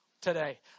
today